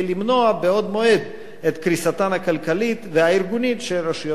בעוד מועד את קריסתן הכלכלית והארגונית של רשויות מקומיות.